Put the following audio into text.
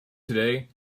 today